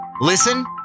Listen